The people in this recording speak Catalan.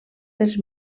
pels